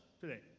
today